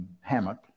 hammock